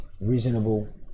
reasonable